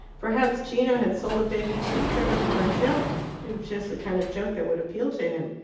perhaps gino had sold the baby cheap to her for a joke it was just the kind of joke that would appeal to him.